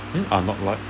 you are not what